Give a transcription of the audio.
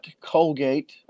Colgate